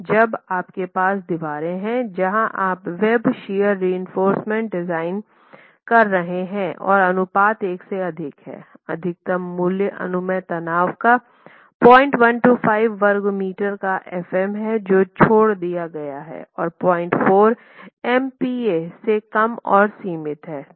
जब आपके पास दीवारें हैं जहां आप वेब शियर रिइंफोर्समेन्ट डिज़ाइन कर रहे हैं और अनुपात एक से अधिक है अधिकतम मूल्य अनुमेय तनाव का 0125 वर्ग मीटर का f m हैं जो छोड़ दिया गया हैं और 04 एमपीए से कम और सीमित है